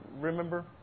remember